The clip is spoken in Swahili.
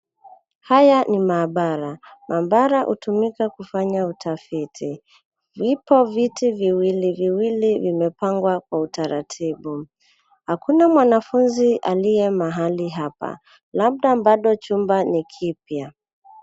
Haya ni maabara. Maabara hutumika kufanya utafiti. Vipo viti viwili viwili vimepangwa kwa utaratibu. Hakuna mwanafunzi aliye mahali hapa. Labda bado chumba ni kipya.